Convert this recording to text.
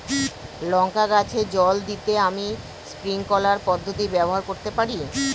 লঙ্কা গাছে জল দিতে আমি স্প্রিংকলার পদ্ধতি ব্যবহার করতে পারি?